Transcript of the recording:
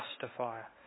justifier